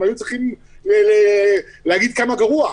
הם היו צריכים להגיד כמה גרוע.